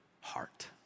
heart